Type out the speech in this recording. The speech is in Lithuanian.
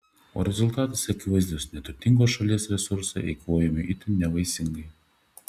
o rezultatas akivaizdus neturtingos šalies resursai eikvojami itin nevaisingai